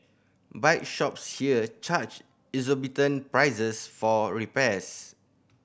bike shops here charge exorbitant prices for repairs